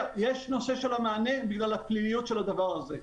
יש נושא של המענה בגלל הפליליות של הדבר הזה.